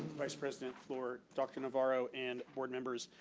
vice president flor, dr. navarro, and board members.